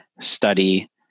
study